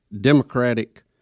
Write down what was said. Democratic